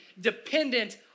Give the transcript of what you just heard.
dependent